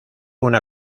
una